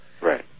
Right